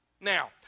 now